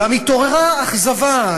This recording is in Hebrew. גם התעוררה אכזבה,